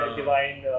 divine